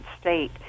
state